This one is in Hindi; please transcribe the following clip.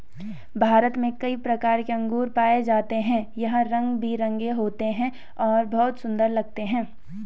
भारत में कई प्रकार के अंगूर पाए जाते हैं यह रंग बिरंगे होते हैं और बहुत सुंदर लगते हैं